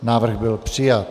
Návrh byl přijat.